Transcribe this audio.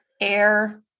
air